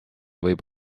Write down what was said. võib